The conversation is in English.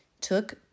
took